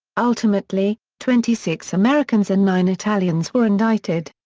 ultimately, twenty six americans and nine italians were indicted.